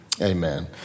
Amen